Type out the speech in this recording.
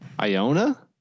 Iona